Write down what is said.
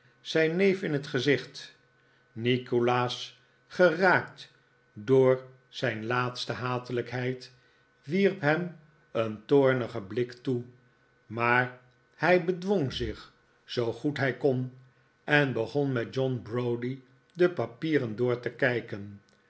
zijn neef in het gezicht nikolaas geraakt door zijn laatste hatenikolaas nickleby lijkheid wierp hem een toornigen blik toe maar hij bedwong zich zoo gded hij kon en begon met john browdie de papieren door te kijken